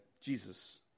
Jesus